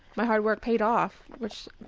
my hard work paid off, which,